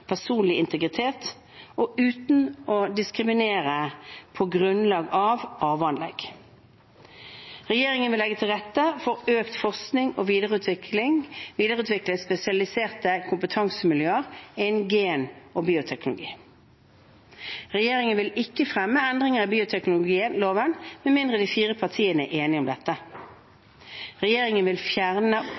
personlig integritet og uten å diskriminere på grunnlag av arveanlegg. Regjeringen vil legge til rette for økt forskning og videreutvikle spesialiserte kompetansemiljøer innen gen- og bioteknologi. Regjeringen vil ikke fremme endringer i bioteknologiloven med mindre de fire partiene er enige om dette. Regjeringen vil fjerne